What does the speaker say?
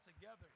together